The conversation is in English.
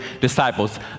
disciples